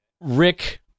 Rick